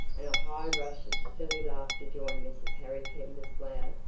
and a high rush of silly laughter joined mrs. harry kember's loud,